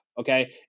okay